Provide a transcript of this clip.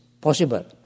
possible